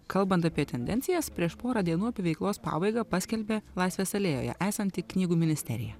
kalbant apie tendencijas prieš porą dienų apie veiklos pabaigą paskelbė laisvės alėjoje esanti knygų ministerija